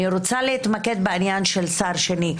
אני רוצה להתמקד בעניין של שר שני.